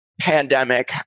pandemic